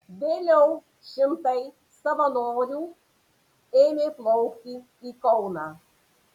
vėliau šimtai savanorių ėmė plaukti į kauną